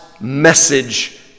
message